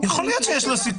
יכול להיות שיש לו סיכוי,